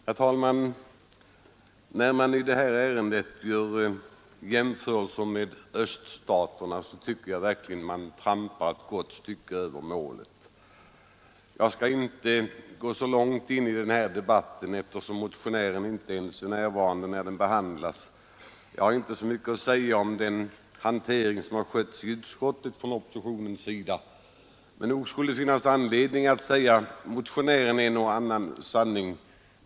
Herr talman! När man i detta ärende gör jämförelser med öststaterna tycker jag verkligen att man skjuter ett gott stycke över målet. Jag skall inte gå så långt in på denna debatt, eftersom motionären inte ens är närvarande vid frågans behandling. Jag har inte så mycket att säga om oppositionens hantering av ärendet i utskottet, men det skulle finnas anledning att säga motionären en och annan sanning.